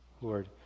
Lord